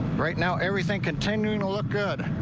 right now everything continue to look good.